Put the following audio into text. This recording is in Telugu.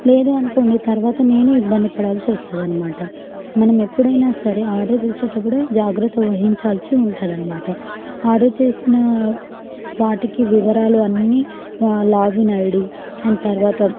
లేదు అనుకోండి తర్వాత నేనే ఇబ్బంది పడాల్సి వస్తుంది అనమాట మనము ఎప్పుడైనా సరే ఆర్డర్ చేసేటప్పుడే జాగ్రత్త వహించాల్సి ఉంటాదనమాట ఆర్డర్ చేసిన వాటికి వివరాలు అన్ని లాగిన్ ఐడి అండ్ తర్వాత